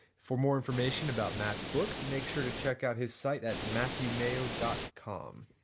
for more information about matt's book, make sure to check out his site at matthewmayo dot com